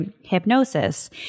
hypnosis